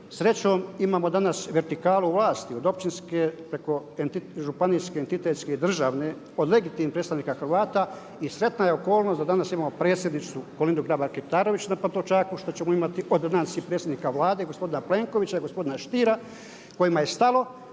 Srećom imamo danas vertikalu vlasti od općinske preko županijske, entitetske i državne od legitimnih predstavnika Hrvata i sretna je okolnost da danas ima predsjednicu Kolindu Grabar-Kitarović na Pantovčaku i što ćemo imati od danas i predsjednika Vlade gospodina Plenkovića i gospodina Stiera kojima je stalo